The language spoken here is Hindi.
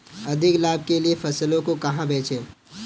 अधिक लाभ के लिए फसलों को कहाँ बेचें?